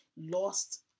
lost